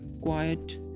quiet